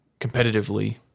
competitively